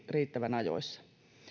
riittävän ajoissa